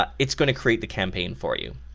ah it's going to create the campaign for you.